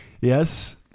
Yes